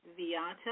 Viata